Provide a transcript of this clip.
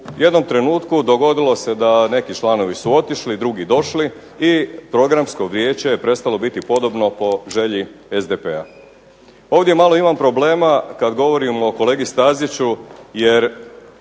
u jednom trenutku dogodilo se da neki članovi su otišli, drugi došli i Programsko vijeće je prestalo biti podobno po želji SDP-a. Ovdje malo imam problema kad govorim o kolegi Staziću jer